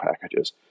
packages